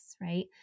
right